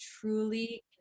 truly